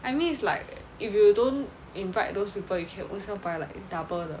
I mean it's like if you don't invite those people you can buy like double the